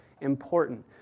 Important